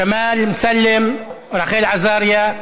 ג'מאל, אמסלם, רחל עזריה.